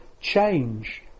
change